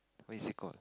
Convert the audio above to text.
what is it called